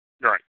Right